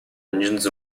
engines